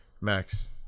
Max